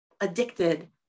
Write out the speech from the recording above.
addicted